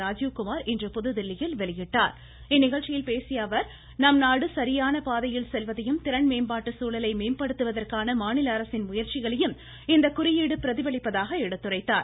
ராஜீவ்குமார் இன்று புததில்லியில் வெளியிட்டார் இந்நிகழ்ச்சியில் பேசிய அவர் நம்நாடு சரியான பாதையில் செல்வதையும் திறன் மேம்பாட்டு சூழலை மேம்படுத்துவதற்கான மாநில அரசின் முயற்சிகளையும் இந்த குறியீடு பிரதிபலிப்பதாக எடுத்துரைத்தார்